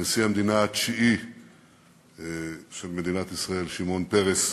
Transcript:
הנשיא התשיעי של מדינת ישראל שמעון פרס,